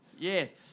Yes